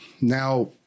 Now